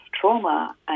trauma